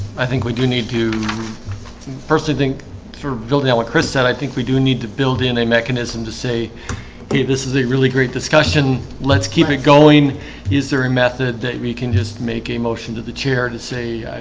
i think we do need to firstly think of building on what chris said. i think we do need to build in a mechanism to say hey, this is a really great discussion. let's keep it going is there a method that we can just make a motion to the chair to say?